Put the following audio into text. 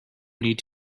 need